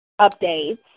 updates